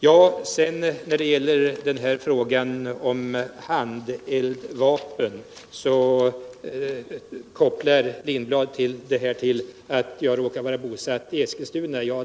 Hans Lindblad kopplar frågan om handeldvapen till det faktum att jag råkar vara bosatt i Eskilstuna.